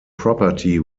property